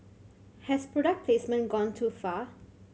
has product placement gone too far